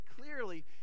clearly